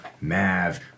Mav